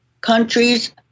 countries